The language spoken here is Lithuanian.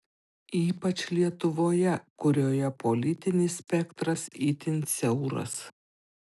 ypač lietuvoje kurioje politinis spektras itin siauras